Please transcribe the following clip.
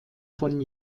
von